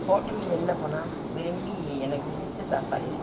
ஹோட்டலுக்கு வெளில போனால் விரும்பி எனக்கு பிடிச்ச சாப்பாடு